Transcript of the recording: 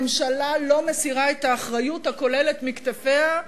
הממשלה לא מסירה את האחריות הכוללת מעל כתפיה.